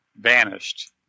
vanished